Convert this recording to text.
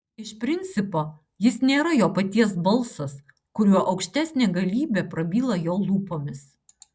iš principo jis nėra jo paties balsas kuriuo aukštesnė galybė prabyla jo lūpomis